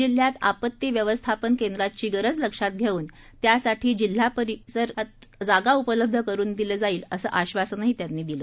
जिल्ह्यात आपत्ती व्यवस्थापन केंद्राची गरज लक्षात घेऊन त्यासाठी जिल्हाधिकारी कार्यालय परिसरात जागा उपलब्ध करून दिली जाईल असं आश्वासनही त्यांनी दिलं